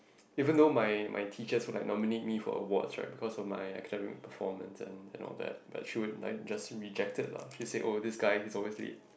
even though my my teachers would like nominate me for awards right because of my academics performance and and all but she would like just reject it lah she said oh this guy he's always late